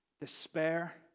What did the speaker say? despair